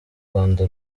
rwanda